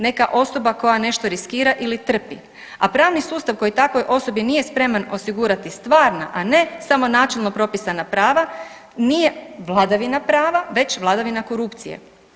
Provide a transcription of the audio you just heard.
Neka osoba koja nešto riskira ili trpi, a pravni sustav koji takvoj osobi nije spreman osigurati stvarna, a ne samo načelno propisana prava, nije vladavina prava već vladavina korupcije.